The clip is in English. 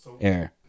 air